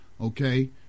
Okay